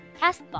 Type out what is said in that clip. Castbox